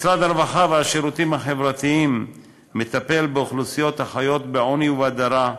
משרד הרווחה והשירותים החברתיים מטפל באוכלוסיות החיות בעוני ובהדרה,